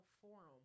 forum